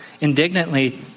indignantly